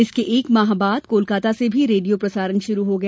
इसके एक माह बाद कोलकाता से भी रेडियो प्रसारण शुरू हो गया